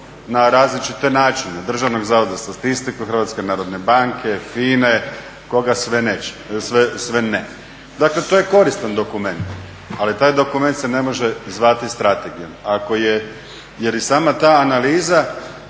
na različite načine Državnog zavoda za statistiku, Hrvatske narodne banke, FINA-e, koga sve ne. Dakle, to je koristan dokument, ali taj dokument se ne može zvati strategijom. Ako je, jer i sama ta analiza